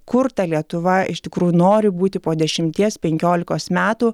kur ta lietuva iš tikrųjų nori būti po dešimties penkiolikos metų